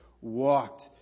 walked